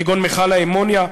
כגון מכל האמוניה,